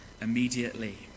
immediately